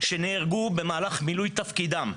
שנהרגו במהלך מילוי תפקידם.